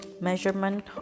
measurement